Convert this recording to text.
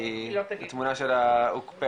שאת לא תעני לשאלה הזאת.